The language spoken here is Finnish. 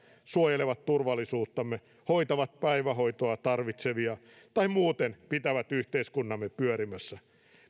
suojelevat turvallisuuttamme hoitavat päivähoitoa tarvitsevia tai muuten pitävät yhteiskuntamme pyörimässä